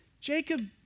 Jacob